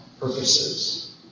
purposes